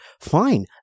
Fine